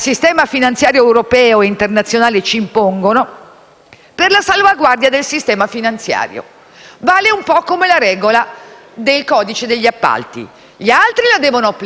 per la salvaguardia del sistema finanziario. Vale un po' come la regola del codice degli appalti: gli altri la devono applicare, invece quando è lo Stato a doverlo fare, può anche non applicarla.